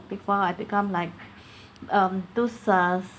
before I become like um those ah